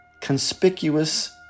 conspicuous